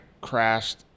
crashed